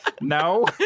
no